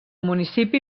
municipi